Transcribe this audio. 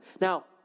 Now